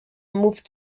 moved